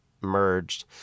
merged